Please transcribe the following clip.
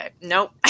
nope